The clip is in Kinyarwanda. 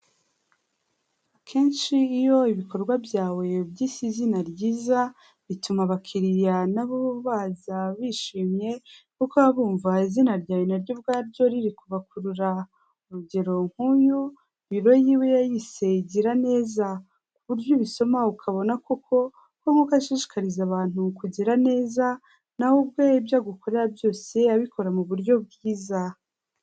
Akenshi iyo ibikorwa byawe ubyise izina ryiza, bituma abakiriya na bo baza bishimye kuko baba bumva izina ryawe naryo ubwaryo riri kubakurura, urugero nk'uyu biro yiwe yayise Giraneza, ku buryo ubisoma ukabona koko nk'uko ashishikariza abantu kugira neza, na we ubwe ibyo agukorera byose abikora mu buryo bwiza.